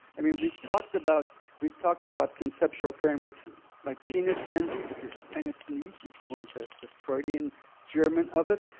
i mean, we talked about we talked about conceptual frameworks like penis envy, which is penisneid, if you want the the freudian german of it.